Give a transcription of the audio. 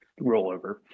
rollover